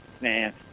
man